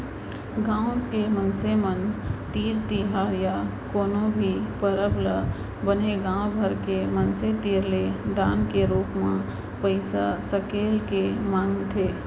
गाँव के मनसे मन तीज तिहार या कोनो भी परब ल बने गाँव भर के मनसे तीर ले दान के रूप म पइसा सकेल के मनाथे